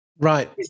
Right